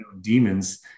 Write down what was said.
demons